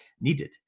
needed